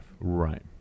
Right